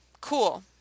cool